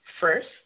first